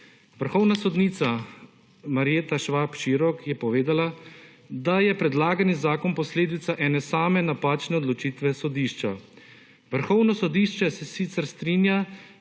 Vrhovna sodnica Marjeta Švab Širok je povedala, da je predlagani zakon posledica ene same napačne odločitve sodišča. Vrhovno sodišče se sicer strinja,